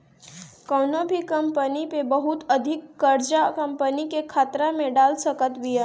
कवनो भी कंपनी पअ बहुत अधिका कर्जा कंपनी के खतरा में डाल सकत बिया